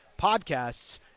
podcasts